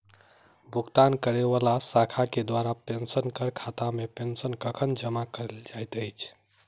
भुगतान करै वला शाखा केँ द्वारा पेंशनरक खातामे पेंशन कखन जमा कैल जाइत अछि